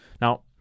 Now